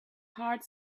heart